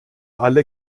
alle